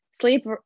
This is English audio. sleep